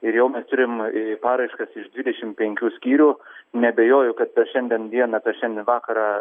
ir jau mes turim paraiškas iš dvidešimt penkių skyrių neabejoju kad per šiandien dieną per šiandien vakarą